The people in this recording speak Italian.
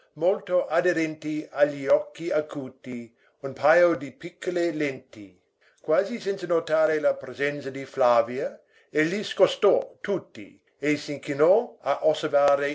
molto aderenti a gli occhi acuti un pajo di piccole lenti quasi senza notare la presenza di flavia egli scostò tutti e si chinò a osservare